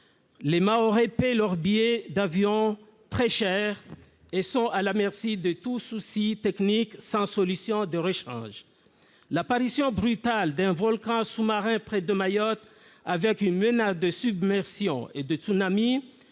que Mayotte, ils paient leurs billets d'avion très cher et sont à la merci de tout souci technique, sans solution de rechange. L'apparition brutale d'un volcan sous-marin près de Mayotte avec une menace de submersion ou de tsunami,